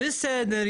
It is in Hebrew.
בסדר,